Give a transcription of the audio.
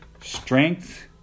strength